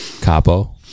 Capo